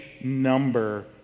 number